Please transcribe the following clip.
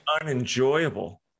unenjoyable